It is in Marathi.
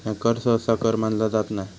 ह्या कर सहसा कर मानला जात नाय